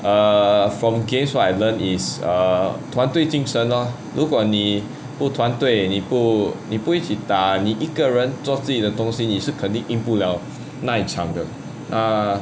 err from games what I learn is err 团队精神:tuanu dui jingng shen lor 如果你不团队你不你不一起打你一个人做自己的东西你是肯定赢不了那一场的:ru guo ni bu tuanu dui ni bu ni bu yi qi da ni yi ge ren zuo zi ji de dong xi ni shi ken ding ying bu liao na yi chang de ah